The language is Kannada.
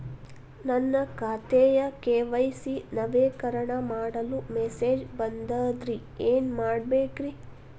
ನನ್ನ ಖಾತೆಯ ಕೆ.ವೈ.ಸಿ ನವೇಕರಣ ಮಾಡಲು ಮೆಸೇಜ್ ಬಂದದ್ರಿ ಏನ್ ಮಾಡ್ಬೇಕ್ರಿ?